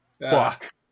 fuck